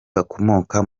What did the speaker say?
bakomoka